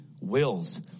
wills